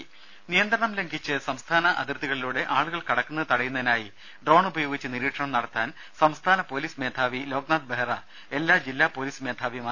രേര നിയന്ത്രണം ലംഘിച്ച് സംസ്ഥാന അതിർത്തികളിലൂടെ ആളുകൾ കടക്കുന്നത് തടയുന്നതിനായി ഡ്രോൺ ഉപയോഗിച്ച് നിരീക്ഷണം നടത്താൻ സംസ്ഥാന പോലീസ് മേധാവി ലോക്നാഥ് ബെഹ്റ എല്ലാ ജില്ലാ പോലീസ് മേധാവിമാർക്കും നിർദ്ദേശം നൽകി